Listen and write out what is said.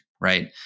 right